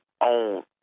on